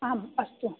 आम् अस्तु